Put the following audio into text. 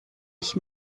ich